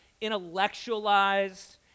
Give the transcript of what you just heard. intellectualized